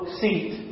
seat